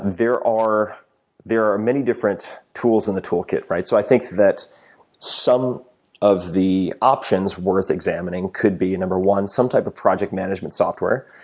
there are there are many different tools in the toolkit, right. so i think that some of the options worth examining could be, number one, some type of project management software,